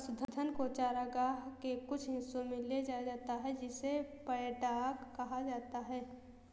पशुधन को चरागाह के कुछ हिस्सों में ले जाया जाता है जिसे पैडॉक कहा जाता है